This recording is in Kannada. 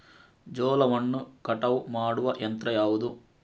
ಜೋಳವನ್ನು ಕಟಾವು ಮಾಡುವ ಯಂತ್ರ ಯಾವುದು?